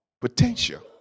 Potential